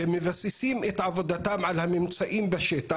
שמבססים את עבודתם על הממצאים בשטח.